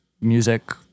music